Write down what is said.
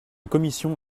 commission